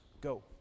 Go